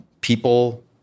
people